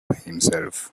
himself